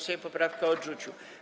Sejm poprawkę odrzucił.